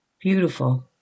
beautiful